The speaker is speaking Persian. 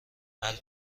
قلب